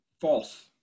False